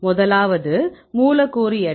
முதலாவது மூலக்கூறு எடை